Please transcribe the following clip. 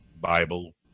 Bible